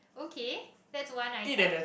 okay that's one item